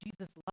Jesus